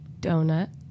Donut